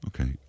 okay